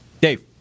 Dave